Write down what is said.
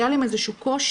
היה להם איזה שהוא קושי,